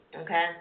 Okay